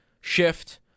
shift